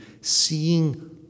seeing